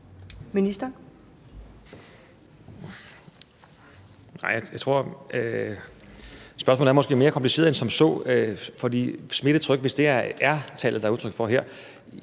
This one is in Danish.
Heunicke): Nej, jeg tror, spørgsmålet måske er mere kompliceret end som så. For smittetrykket – hvis det er R-tallet, der tales om her